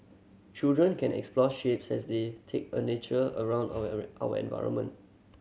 children can explore shapes as they take a nature around our environment